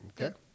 okay